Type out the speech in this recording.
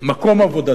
מקום עבודתם.